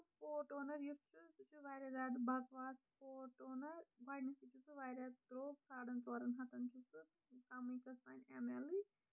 four Toner یُس چھُ سُہ چھُ واریاہ زیادٕ بَکواس فور ٹونر گۄڈٕنیتھٕے چھُ سُہ واریاہ زیادٕ درٛوگ ساڈن ژورن ہَتن چھُ سُہ کَمٕے کٕژ تام ایمیلٕے